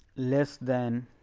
less than